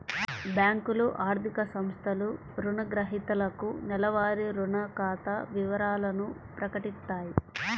బ్యేంకులు, ఆర్థిక సంస్థలు రుణగ్రహీతలకు నెలవారీ రుణ ఖాతా వివరాలను ప్రకటిత్తాయి